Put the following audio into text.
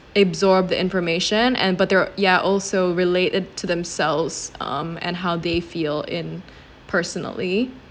absorbed the information and but they're ya also related to themselves um and how they feel in personally